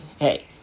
hey